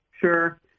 sure